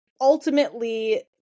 ultimately